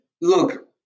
look